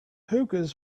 hookahs